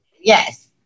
Yes